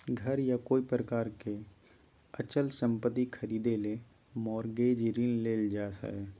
घर या कोय प्रकार के अचल संपत्ति खरीदे ले मॉरगेज ऋण लेल जा हय